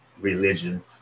religion